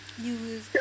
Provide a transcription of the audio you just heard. Use